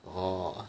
orh